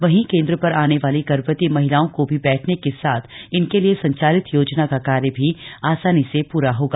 वहीं केंद्र पर आने वाली गर्भवती महिलाओं को भी बैठने के साथ इनके लिए संचालित योजना का कार्य भी आसानी से पूरा होगा